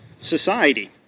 society